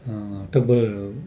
टकभर